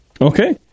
Okay